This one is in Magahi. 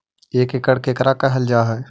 एक एकड़ केकरा कहल जा हइ?